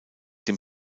dem